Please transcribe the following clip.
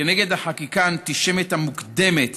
כנגד החקיקה האנטישמית המקודמת